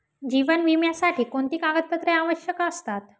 जीवन विम्यासाठी कोणती कागदपत्रे आवश्यक असतात?